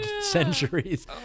centuries